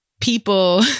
people